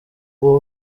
uwo